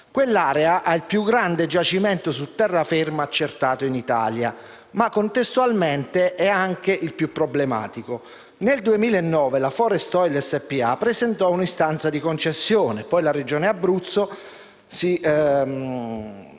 Quell'area ha il più grande giacimento su terraferma accertato in Italia, ma contestualmente è anche il più problematico. Nel 2009 la società Forest Oil SpA forestale presentò un'istanza di concessione, poi la Regione Abruzzo si